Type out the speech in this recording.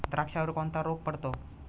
द्राक्षावर कोणता रोग पडतो?